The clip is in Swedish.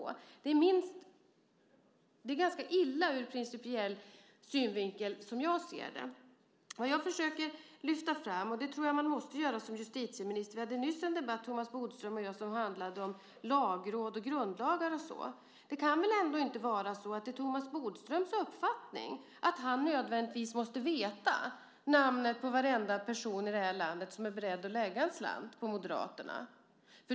Det är ganska illa ur principiell synvinkel, som jag ser det. Thomas Bodström och jag hade en nyss en debatt om Lagrådet och grundlagar. Det kan väl inte vara så att det är Thomas Bodströms uppfattning att han nödvändigtvis måste veta namnet på varenda person i det här landet som är beredd att lägga en slant på Moderaterna.